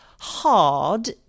hard